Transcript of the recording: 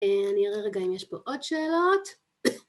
אני אראה רגע אם יש פה עוד שאלות